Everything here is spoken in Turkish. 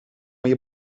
ayı